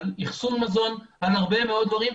על אחסון מזון ועל הרבה מאוד דברים,